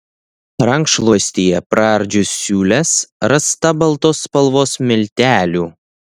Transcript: rankšluostyje praardžius siūles rasta baltos spalvos miltelių